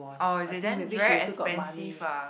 oh is it then it's very expensive ah